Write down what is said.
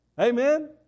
Amen